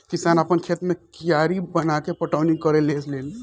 किसान आपना खेत मे कियारी बनाके पटौनी करेले लेन